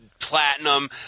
Platinum